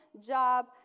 job